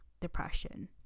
depression